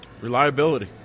Reliability